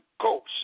Ghost